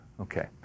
Okay